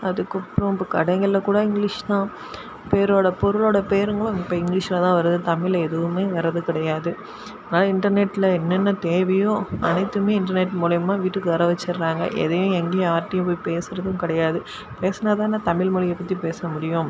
அதுக்கப்புறம் இப்போ கடைங்களில் கூட இங்கிலீஷ் தான் பேரோட பொருளோட பேருங்களும் இப்போ இங்கிலீஷ்ல தான் வருது தமிழில் எதுவுமே வரது கிடையாது ஆனால் இன்டர்நெட்டில் என்னென்ன தேவையோ அனைத்துமே இன்டர்நெட் மூலியமாக வீட்டுக்கு வர வச்சுறாங்க எதையும் எங்கேயும் யார்டையும் போய் பேசுகிறதும் கிடையாது பேசுனா தான தமிழ் மொழியை பற்றி பேச முடியும்